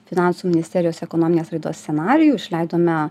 finansų ministerijos ekonominės raidos scenarijų išleidome